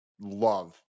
love